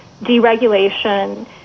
deregulation